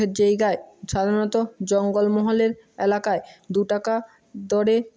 যায়গায় সাধারনত জঙ্গলমহলের এলাকায় দু টাকা দরে